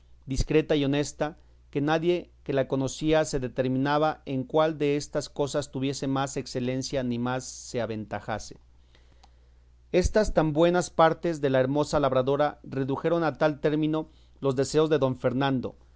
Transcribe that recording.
discreta y honesta que nadie que la conocía se determinaba en cuál destas cosas tuviese más excelencia ni más se aventajase estas tan buenas partes de la hermosa labradora redujeron a tal término los deseos de don fernando